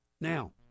Now